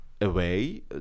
away